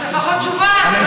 אז לפחות תשובה, זה לא הגיוני.